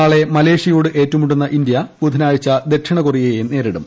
നാളെ മലേഷ്യയോട് ഏറ്റുമുട്ടുന്ന ഇന്ത്യ ബുധനാഴ്ച ദക്ഷിണ കൊറിയയെ നേരിടും